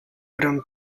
gran